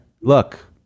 look